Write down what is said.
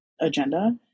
agenda